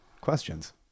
questions